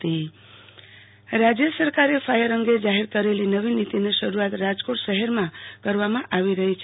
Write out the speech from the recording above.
આરતી Bhatt fire safety officers રાજ્ય સરકારે fire અંગે જાહેર કરેલી નવી નીતિની શરૂઆત રાજકોટ શહેરમાં શરૂ કરવામાં આવી રહી છે